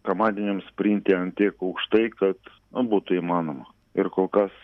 komandiniam sprinte ant tiek aukštai kad būtų įmanoma ir kol kas